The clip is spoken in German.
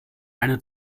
eine